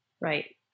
Right